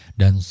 dan